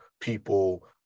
people